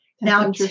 Now